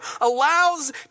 allows